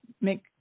make